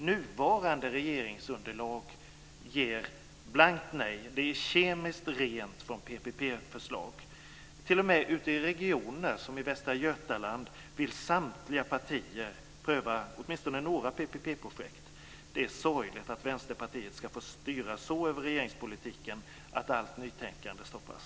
Nuvarande regeringsunderlag ger dock blankt nej. Det är kemiskt rent från PPP-förslag. T.o.m. ute i regioner som Västra Götaland vill samtliga partier pröva åtminstone några PPP-projekt. Det är sorgligt att Vänsterpartiet ska få styra så över regeringspolitiken att allt nytänkande stoppas.